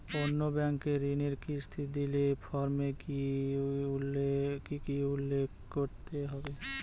অন্য ব্যাঙ্কে ঋণের কিস্তি দিলে ফর্মে কি কী উল্লেখ করতে হবে?